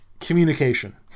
communication